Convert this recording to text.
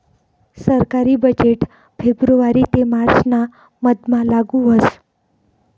सरकारी बजेट फेब्रुवारी ते मार्च ना मधमा लागू व्हस